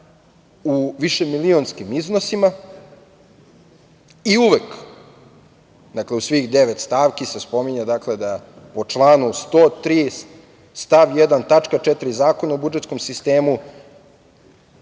u višemilionskim iznosima i uvek, dakle u svih devet stavki se spominje da po članu 103. stav 1. tačka 4) Zakona o budžetskom sistemu